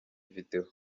video